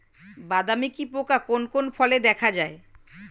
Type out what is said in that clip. বাদামি কি পোকা কোন কোন ফলে দেখা যায়?